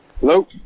Hello